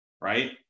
Right